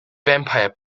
vampire